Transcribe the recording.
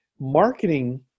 marketing